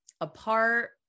apart